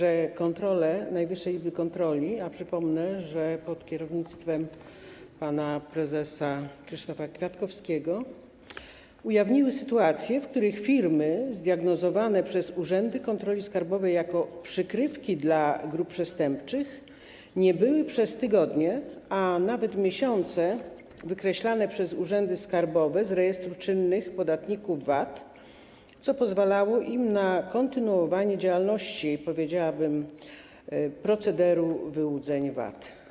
Czy to prawda, że kontrole Najwyższej Izby Kontroli - przypomnę, że pod kierownictwem pana prezesa Krzysztofa Kwiatkowskiego - ujawniły sytuacje, w których firmy zdiagnozowane przez urzędy kontroli skarbowej jako przykrywki dla grup przestępczych nie były przez tygodnie, a nawet miesiące wykreślane przez urzędy skarbowe z rejestru czynnych podatników VAT, co pozwalało im na kontynuowanie działalności, powiedziałabym, procederu wyłudzeń VAT?